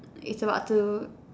is about to